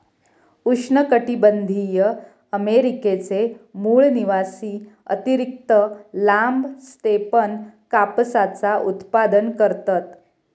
उष्णकटीबंधीय अमेरिकेचे मूळ निवासी अतिरिक्त लांब स्टेपन कापसाचा उत्पादन करतत